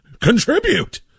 contribute